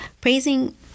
Praising